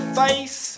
face